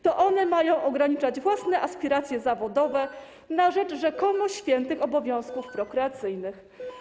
To one mają ograniczać własne aspiracje zawodowe na rzecz rzekomo świętych obowiązków prokreacyjnych.